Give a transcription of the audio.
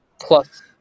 plus